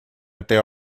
этой